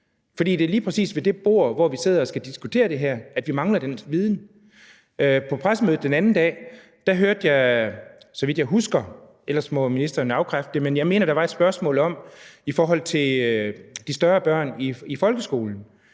for det er lige præcis ved det bord, hvor vi sidder og skal diskutere det, at vi mangler den viden. På pressemødet den anden dag var der – så vidt jeg husker, men ellers må ministeren afkræfte det – et spørgsmål om de større børn i folkeskolen,